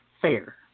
fair